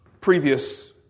previous